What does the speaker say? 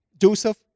Joseph